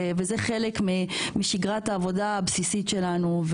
וזה חלק משגרת העבודה הבסיסית שלנו.